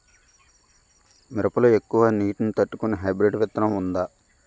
మిరప లో ఎక్కువ నీటి ని తట్టుకునే హైబ్రిడ్ విత్తనం వుందా?